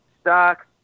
stocks